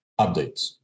updates